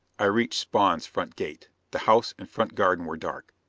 i reached spawn's front gate. the house and front garden were dark.